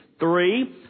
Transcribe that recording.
Three